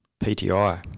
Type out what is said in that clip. PTI